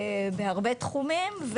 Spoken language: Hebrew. בהרבה תחומים,